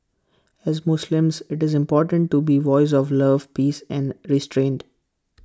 as Muslims IT is important to be voice of love peace and restraint